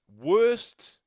worst